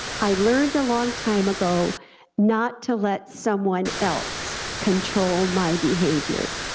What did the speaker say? i learned a long time ago not to let someone else control my behavior,